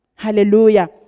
Hallelujah